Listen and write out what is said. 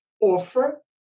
offer